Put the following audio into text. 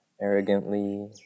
arrogantly